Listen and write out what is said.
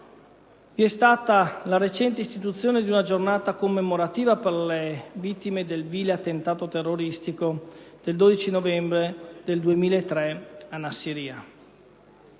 vi è stata la recente istituzione di una giornata commemorativa per le vittime del vile attentato terroristico del 12 novembre 2003 a Nassiriya.